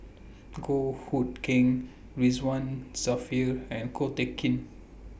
Goh Hood Keng Ridzwan Dzafir and Ko Teck Kin